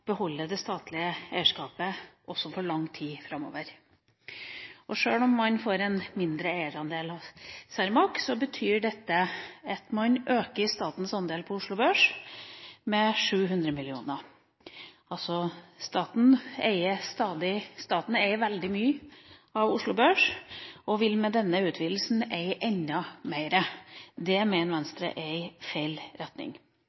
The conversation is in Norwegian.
beholde det statlige eierskapet også for lang tid framover. Og sjøl om man får en mindre eierandel i Cermaq, betyr dette at man øker statens andel på Oslo Børs med 700 mill. kr. Staten eier veldig mye av Oslo Børs og vil med denne utvidelsen eie enda mer. Det mener Venstre er i feil retning.